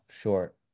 short